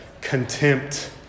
contempt